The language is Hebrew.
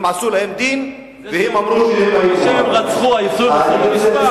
הם עשו להם דין, והם אמרו, וזה שהם רצחו, למשפט?